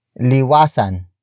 LIWASAN